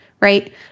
right